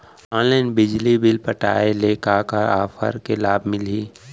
Online बिजली bill पटाय ले का का ऑफ़र के लाभ मिलही?